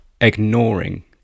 ignoring